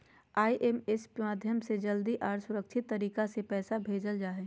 IMPS माध्यम से जल्दी आर सुरक्षित तरीका से पैसा भेजल जा हय